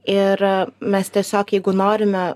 ir mes tiesiog jeigu norime